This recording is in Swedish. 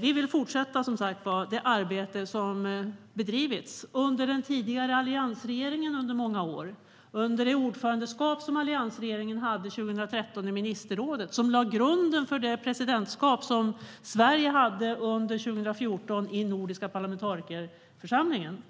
Vi vill som sagt fortsätta med det arbete som har bedrivits av den tidigare alliansregeringen under många år, bland annat under det ordförandeskap som alliansregeringen hade i ministerrådet 2013 och som lade grunden för det presidentskap som Sverige hade under 2014 i den nordiska parlamentarikerförsamlingen.